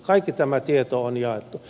kaikki tämä tieto on jaettu